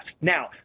Now